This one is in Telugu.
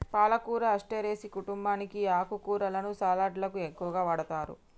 పాలకూర అస్టెరెసి కుంటుంబానికి ఈ ఆకుకూరలను సలడ్లకు ఎక్కువగా వాడతారు